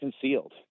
concealed